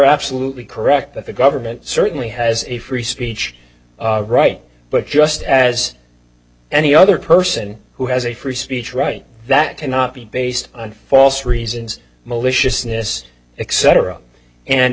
absolutely correct but the government certainly has a free speech right but just as any other person who has a free speech right that cannot be based on false reasons maliciousness except for a and